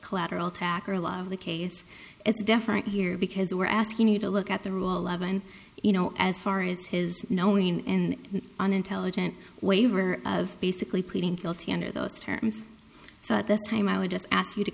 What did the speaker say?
collateral tracker a lot of the case it's different here because we're asking you to look at the rule eleven you know as far as his knowing and unintelligent waiver of basically pleading guilty under those terms so at this time i would just ask you to